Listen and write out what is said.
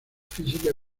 física